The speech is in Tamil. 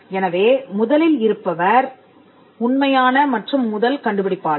எனவே முதலில் இருப்பவர் உண்மையான மற்றும் முதல் கண்டுபிடிப்பாளர்